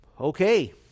Okay